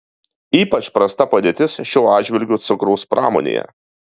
ypač prasta padėtis šiuo atžvilgiu cukraus pramonėje